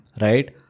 Right